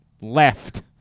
left